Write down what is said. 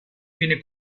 viene